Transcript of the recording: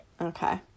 okay